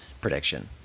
prediction